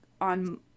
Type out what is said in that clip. on